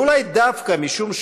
ואולי דווקא משום,